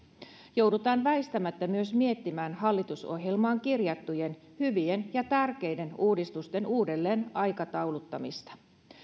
joudutaan väistämättä myös miettimään hallitusohjelmaan kirjattujen hyvien ja tärkeiden uudistusten uudelleen aikatauluttamista